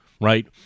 right